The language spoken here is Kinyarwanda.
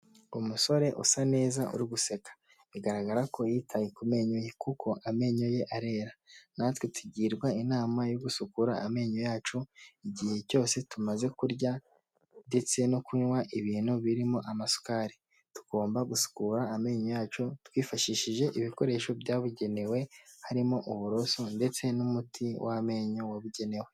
Umusore usa neza uri guseka bigaragara ko yitaye ku menyo ye kuko amenyo ye arera, natwe tugirwa inama yo gusukura amenyo yacu igihe cyose tumaze kurya ndetse no kunywa ibintu birimo amasukari. Tugomba gusukura amenyo yacu twifashishije ibikoresho byabugenewe harimo uburoso ndetse n'umuti w'amenyo wabugenewe.